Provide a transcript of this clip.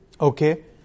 Okay